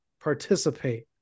participate